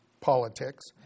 politics